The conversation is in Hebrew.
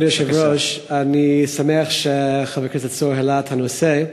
אני חושב שמדובר בהצעה ראויה,